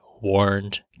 Warned